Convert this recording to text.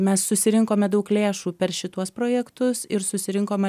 mes susirinkome daug lėšų per šituos projektus ir susirinkome